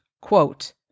quote